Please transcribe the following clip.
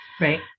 right